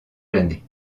l’année